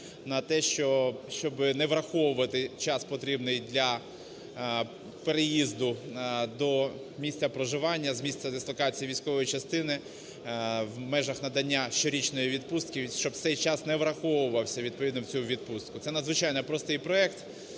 на те, щоб не враховувати час, потрібний для переїзду до місця проживання з місця дислокації військової частини в межах надання щорічної відпустки, щоб цей час не враховувався відповідно в цю відпустку. Це надзвичайно простий проект